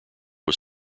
was